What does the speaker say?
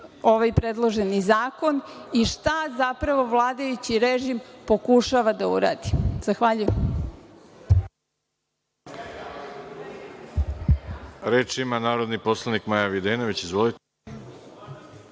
ovaj predloženi zakon i šta zapravo vladajući režim pokušava da uradi. Zahvaljujem.